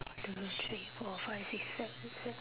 one two three four five six seven se~